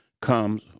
comes